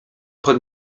pod